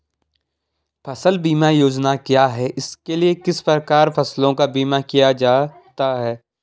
फ़सल बीमा योजना क्या है इसके लिए किस प्रकार फसलों का बीमा किया जाता है?